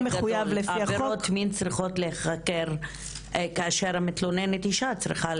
עבירות מין צריכות להיחקר על ידי אישה כאשר המתלוננת היא אישה.